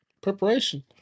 preparation